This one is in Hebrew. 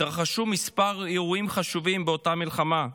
התרחשו כמה אירועים חשובים באותה מלחמה.